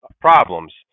problems